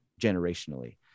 generationally